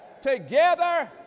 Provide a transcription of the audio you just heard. Together